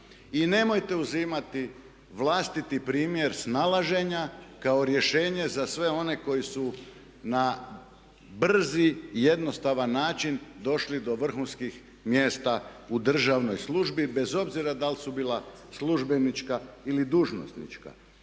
I nemojte uzimati vlastiti primjer snalaženja kao rješenje za sve one koji su na brzi i jednostavan način došli do vrhunskih mjesta u državnoj službi bez obzira da li su bila službenička ili dužnosnička.